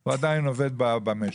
והוא עדיין עובד במשק,